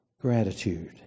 gratitude